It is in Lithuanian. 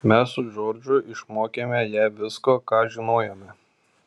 mes su džordžu išmokėme ją visko ką žinojome